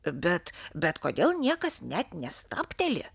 bet bet kodėl niekas net nestabteli